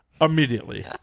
immediately